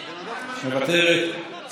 מוותרת.